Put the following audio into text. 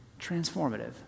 transformative